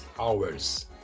hours